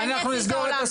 אני אציל את העולם נכון?